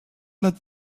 let